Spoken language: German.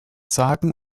sagen